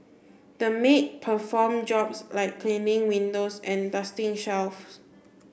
the maid performed jobs like cleaning windows and dusting shelves